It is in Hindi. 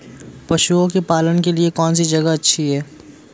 पशुओं के पालन के लिए कौनसी जगह अच्छी है?